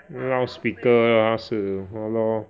loudspeaker ah 她是 !hannor!